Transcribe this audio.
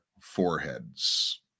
foreheads